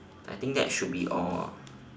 I think that should be all lah